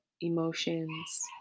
emotions